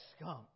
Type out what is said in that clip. skunk